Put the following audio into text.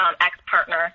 ex-partner